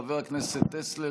חבר הכנסת טסלר,